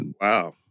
Wow